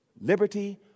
Liberty